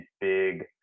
big